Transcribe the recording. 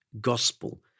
gospel